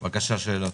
שאלות.